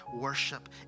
worship